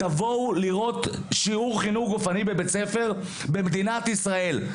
תבואו לראות שיעור חינוך גופני בבית ספר במדינת ישראל.